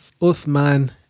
Uthman